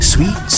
Sweet